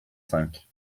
cinq